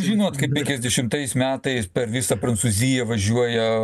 žinot kaip penkiasdešimtais metais per visą prancūziją važiuoja